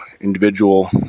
individual